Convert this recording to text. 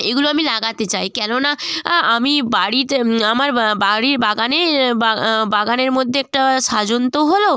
এগুলো আমি লাগাতে চাই কেননা আমি বাড়িতে আমার বাড়ির বাগানে বা বাগানের মধ্যে একটা সাজন্ত হলো